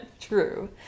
True